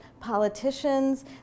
politicians